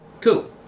cool